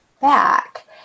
back